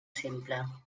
simple